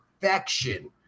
perfection